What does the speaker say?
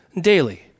daily